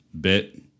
bit